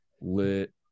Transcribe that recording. Lit